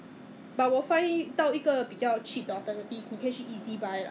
可是便宜他的他的 quality 可能不太一样 mah different quality 一分钱一分货 leh